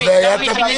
--- אבל זה היה תמיד.